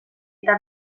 eta